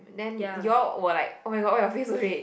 then you all were like oh-my-god why your face so red